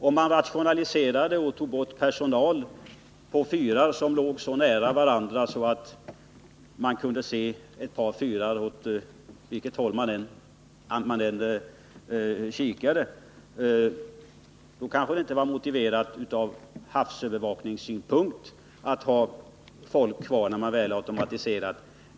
Om man rationaliserade och avskedade personal på fyrar som låg så nära varandra att man kunde se ett par fyrar åt vilket håll man än kikade, kanske det inte var motiverat ur havsövervakningssynpunkt att ha folk kvar sedan man väl automatiserat.